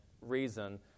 reason